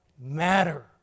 matter